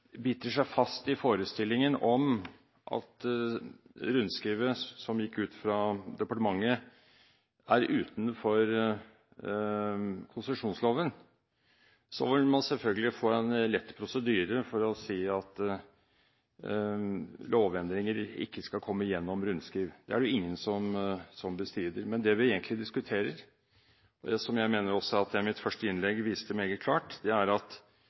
biter seg fast i forestillingen om at rundskrivet som gikk ut fra departementet, er utenfor konsesjonsloven, vil man selvfølgelig få en lett prosedyre for å si at lovendringer ikke skal komme gjennom rundskriv. Det er det jo ingen som bestrider. Men det vi egentlig diskuterer, som jeg også mener at jeg i mitt første innlegg viste meget klart, er at